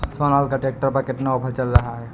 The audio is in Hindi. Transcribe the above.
सोनालिका ट्रैक्टर पर कितना ऑफर चल रहा है?